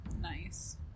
Nice